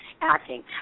acting